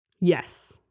Yes